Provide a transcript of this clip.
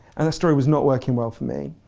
and that story was not working well for me,